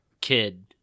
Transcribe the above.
kid